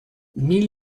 mille